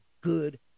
good